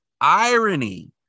irony